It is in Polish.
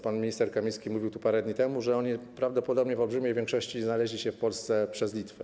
Pan minister Kamiński mówił parę dni temu, że oni prawdopodobnie w olbrzymiej większości znaleźli się w Polsce przez Litwę.